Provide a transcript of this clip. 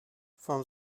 from